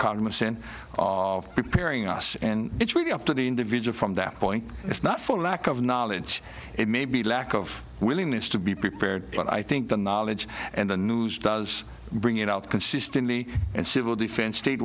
cognizant of preparing us and it's really up to the individual from that point it's not for lack of knowledge it may be lack of willingness to be prepared but i think the knowledge and the news does bring it out consistently and civil defense state